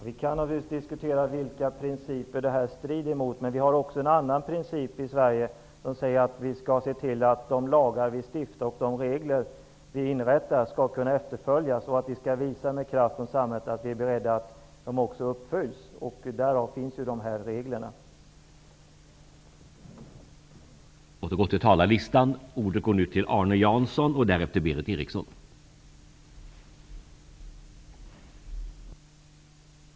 Herr talman! Vi kan naturligtvis diskutera vilka principer det här strider mot. Men det finns också en annan princip i Sverige, vilken säger att de lagar som stiftas och de regler som inrättas skall kunna efterföljas, och att man med kraft skall visa att man från samhällets sida är beredd att efterleva dem. Det är därför dessa regler finns.